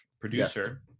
producer